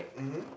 !huh! !huh!